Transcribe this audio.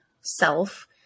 self